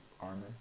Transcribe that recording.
armor